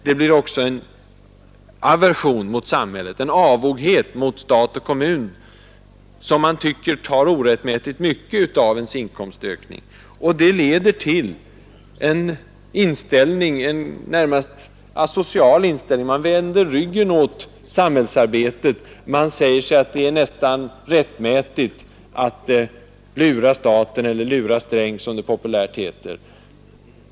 Det blir också en aversion mot samhället, en avoghet mot stat och kommun som man tycker tar orättmätigt mycket av ens inkomstökning, och det leder till en närmast asocial inställning. Man vänder ryggen åt samhällsarbetet. Man säger att det är nästan rättmätigt att lura staten, att lura Sträng som det populärt heter.